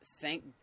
thank